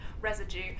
residue